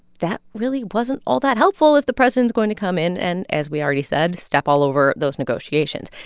that really wasn't all that helpful if the president's going to come in and, as we already said, step all over those negotiations.